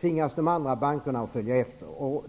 tvingas de andra bankerna att följa efter.